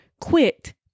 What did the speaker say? quit